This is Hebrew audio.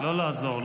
לא לעזור,